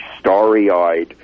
starry-eyed